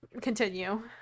continue